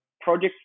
Project